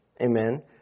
Amen